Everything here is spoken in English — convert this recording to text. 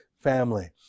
family